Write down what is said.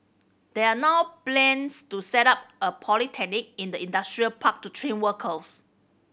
there are now plans to set up a polytechnic in the industrial park to train workers